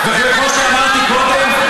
כמו שאמרתי קודם,